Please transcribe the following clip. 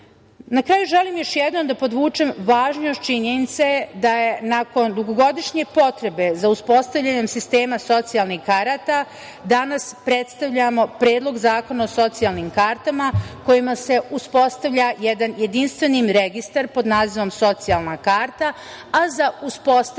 kraju, želim još jednom da podvučem važnost činjenice da nakon dugogodišnje potrebe za uspostavljanjem sistema socijalnih karata danas predstavljamo Predlog zakona o socijalnim kartama kojima se uspostavlja jedan jedinstveni registar pod nazivom Socijalna karta, a za uspostavljanje